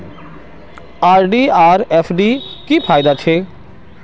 RD आर FD की फ़ायदा छे?